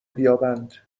بیابند